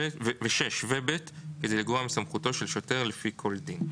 ו-(6) ו-(ב) כדי לגרוע מסמכותו של שוטר לפי כל דין".